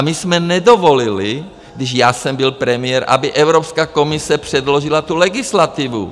My jsme nedovolili, když já jsem byl premiér, aby Evropská komise předložila tu legislativu.